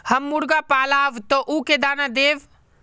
हम मुर्गा पालव तो उ के दाना देव?